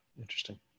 interesting